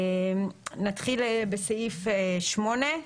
נתחיל בסעיף 8,